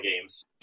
games